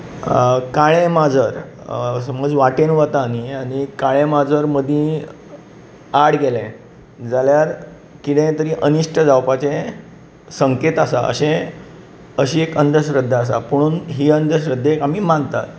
काळें माजर समज वाटेर वता न्ही आनी काळें माजर मदीं आड गेलें जाल्यार कितें तरी अनिश्ट जावपाचें संकेत आसा अशें अशी एक अंधश्रद्धा आसा पूण ही अंधश्रद्धेक आमी मानतात